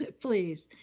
Please